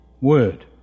word